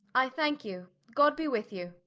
i thanke you god be with you